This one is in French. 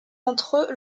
entre